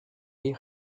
lit